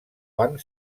banc